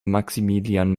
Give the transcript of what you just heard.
maximilian